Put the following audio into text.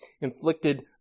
inflicted